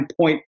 point